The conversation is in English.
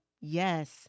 Yes